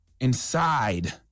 inside